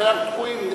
לכן אנחנו תקועים.